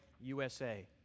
USA